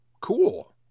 cool